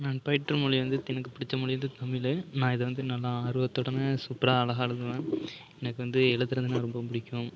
நான் பயிற்றுமொழி வந்து எனக்கு பிடிச்ச மொழி வந்து தமிழ் நான் இதை வந்து நல்லா ஆர்வத்துடன் சூப்பராக அழகாக எழுதுவேன் எனக்கு வந்து எழுதுகிறதுனா ரொம்ப பிடிக்கும்